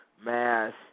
mass